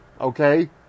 Okay